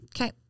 Okay